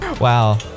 Wow